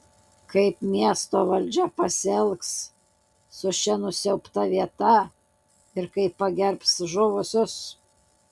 kaip miesto valdžia pasielgs su šia nusiaubta vieta ir kaip pagerbs žuvusius